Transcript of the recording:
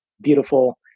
beautiful